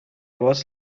was